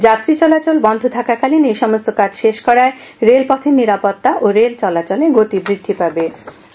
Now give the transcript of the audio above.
যাত্রী চলাচল বন্ধ থাকাকালীন এই সমস্ত কাজ শেষ করায় রেল পথের নিরাপত্তা ও রেল চলাচলে গতি বৃদ্ধি পাবে